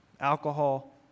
alcohol